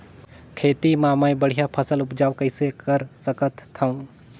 खेती म मै बढ़िया फसल उपजाऊ कइसे कर सकत थव?